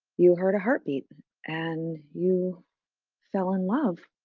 you heard a heartbeat and you fell in love